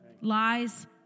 Lies